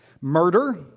Murder